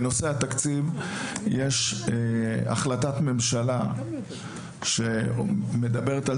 בנושא התקציב: יש החלטת ממשלה שמדברת על